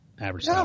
average